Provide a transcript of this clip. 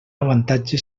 avantatge